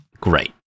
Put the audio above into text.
great